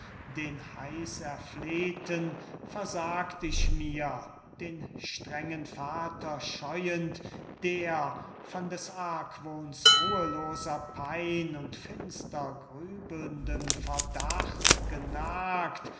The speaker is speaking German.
den heißerflehten versagt ich mir den strengen vater scheuend der von des argwohns ruheloser pein und finster grübelndem verdacht genagt